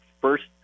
first